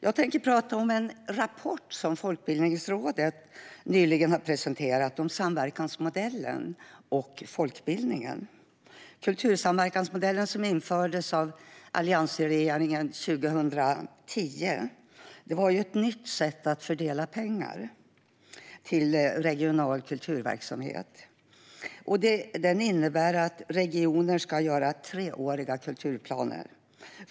Jag tänker prata om en rapport som Folkbildningsrådet nyligen har presenterat om samverkansmodellen och folkbildningen. Kultursamverkansmodellen infördes av alliansregeringen 2010. Den innebar ett nytt sätt att fördela pengar till regional kulturverksamhet och att regioner ska upprätta treåriga kulturplaner.